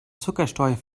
zuckersteuer